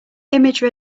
image